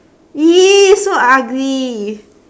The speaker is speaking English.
!ee! so ugly